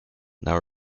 now